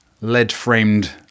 lead-framed